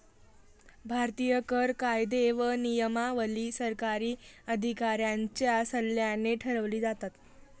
भारतीय कर कायदे व नियमावली सरकारी अधिकाऱ्यांच्या सल्ल्याने ठरवली जातात